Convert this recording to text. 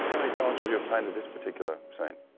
and many times would you have painted this particular scene?